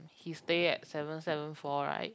he stay at seven seven four right